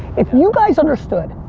if you guys understood,